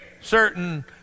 certain